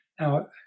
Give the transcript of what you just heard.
Now